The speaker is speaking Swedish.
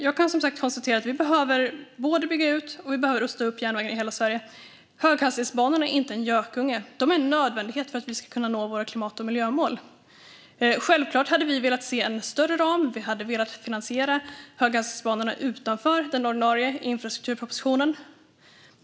Jag kan som sagt konstatera att vi behöver både bygga ut och rusta upp järnvägen i hela Sverige. Höghastighetsbanorna är inte en gökunge, utan en nödvändighet för att vi ska kunna nå våra klimat och miljömål. Självfallet hade vi velat se en större ram. Vi hade velat finansiera höghastighetsbanorna utanför den ordinarie infrastrukturpropositionen.